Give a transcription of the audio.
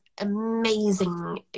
amazing